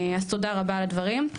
אז תודה רבה על הדברים.